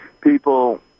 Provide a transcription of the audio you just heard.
people